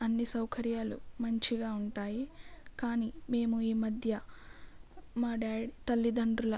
అన్నీ సౌకర్యాలు మంచిగా ఉంటాయి కానీ మేము ఈమధ్య మా డాడ్ తల్లిదండ్రుల